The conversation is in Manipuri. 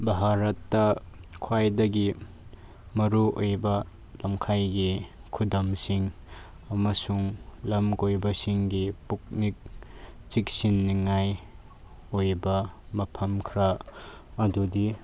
ꯚꯥꯔꯠꯇ ꯈ꯭ꯋꯥꯏꯗꯒꯤ ꯃꯔꯨꯑꯣꯏꯕ ꯂꯝꯈꯩꯒꯤ ꯈꯨꯗꯝꯁꯤꯡ ꯑꯃꯁꯨꯡ ꯂꯝꯀꯣꯏꯕꯁꯤꯡꯒꯤ ꯄꯨꯛꯅꯤꯡ ꯆꯤꯡꯁꯤꯟꯅꯤꯡꯉꯥꯏ ꯑꯣꯏꯕ ꯃꯐꯝ ꯈꯔ ꯑꯗꯨꯗꯤ